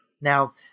Now